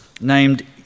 named